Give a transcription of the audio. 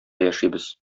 яшибез